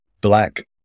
black